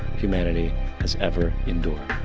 humanity has ever endured.